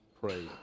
pray